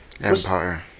Empire